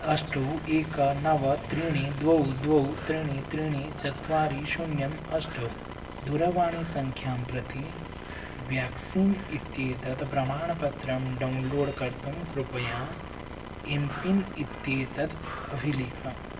अष्ट एक नव त्रीणि द्वे द्वे त्रीणि त्रीणि चत्वारि शून्यम् अष्ट दूरवाणीसङ्ख्यां प्रति व्याक्सीन् इत्येतत् प्रमाणपत्रं डौन्लोड् कर्तुं कृपया एम् पिन् इत्येतत् अभिलिख